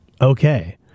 okay